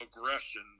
aggression